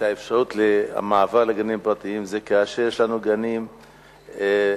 האפשרות למעבר לגנים פרטיים היא כאשר הגנים הממלכתיים,